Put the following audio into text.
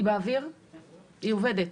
היא עובדת?